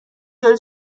جلو